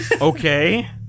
Okay